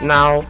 Now